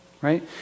Right